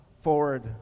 forward